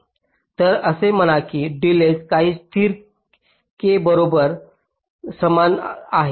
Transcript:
तर असे म्हणा की डिलेज काही स्थिर के बरोबर समान आहे